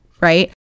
right